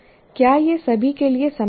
क्या यह सभी के लिए समान है